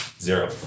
zero